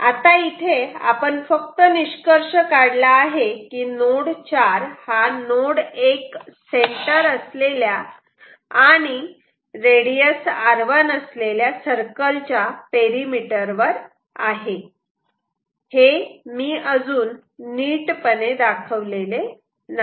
आता इथे आपण फक्त निष्कर्ष काढला आहे की नोड 4 हा नोड 1 सेंटर असलेल्या आणि रेडियस r1 असलेल्या सर्कल च्या पेरिमीटर वर आहे हे मी अजून नीटपणे दाखवलेले नाही